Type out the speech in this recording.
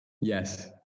Yes